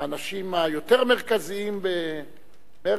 הנושא הזה עומד על סדר-יומה של המדינה